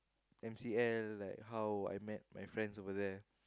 M_C_L like how I met my friends over there